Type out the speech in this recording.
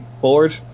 board